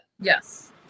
Yes